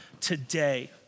today